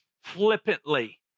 flippantly